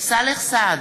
סאלח סעד,